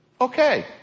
Okay